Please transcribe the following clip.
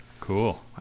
cool